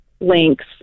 links